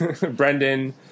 Brendan